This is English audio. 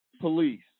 police